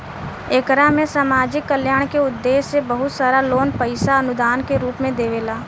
एकरा में सामाजिक कल्याण के उद्देश्य से बहुत सारा लोग पईसा अनुदान के रूप में देवेला